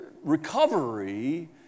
Recovery